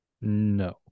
No